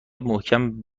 محکم